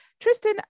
Tristan